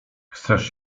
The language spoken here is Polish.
chcesz